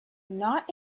not